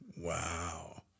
Wow